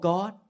God